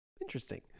interesting